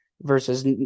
versus